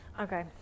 Okay